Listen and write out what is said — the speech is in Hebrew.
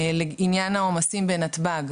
לעניין העומסים בנתב"ג,